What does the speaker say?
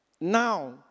now